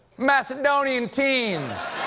macedonian teens!